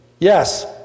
Yes